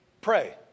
pray